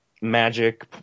magic